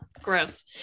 Gross